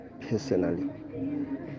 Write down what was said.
personally